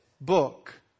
book